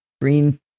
green